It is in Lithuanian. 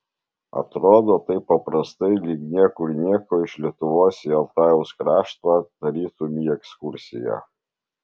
atrodo taip paprastai lyg niekur nieko iš lietuvos į altajaus kraštą tarytum į ekskursiją